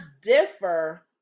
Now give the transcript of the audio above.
differ